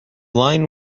line